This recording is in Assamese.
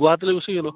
গুৱাহাটীলৈ গুচি গ'লোঁ